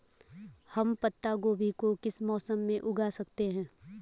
हम पत्ता गोभी को किस मौसम में उगा सकते हैं?